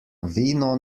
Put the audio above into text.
vino